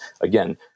again